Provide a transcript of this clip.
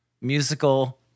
musical